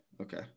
okay